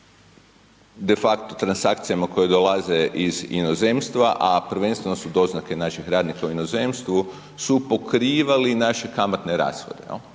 de facto transakcijama koje dolaze iz inozemstva, a prvenstveno su doznake naših radnika u inozemstvu, su pokrivali naše kamatne rashode,